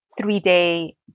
three-day